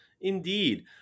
Indeed